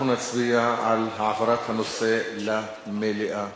אנחנו נצביע על העברת הנושא למליאה.